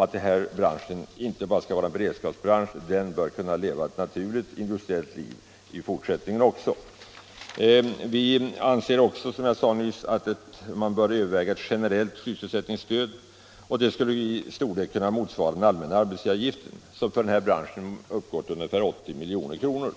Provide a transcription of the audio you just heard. att den här branschen inte bara skall vara en beredskapsbransch. Den bör kunna leva ett naturligt industriellt liv i fortsättningen också. Vi anser, som jag sade nyss, att man bör överväga ett generellt sysselsättningsstöd, och det skulle i storlek kunna motsvara den allmänna arbetsgivaravgiften, som för den här branschen uppgår till 80 milj.kr.